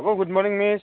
good morning miss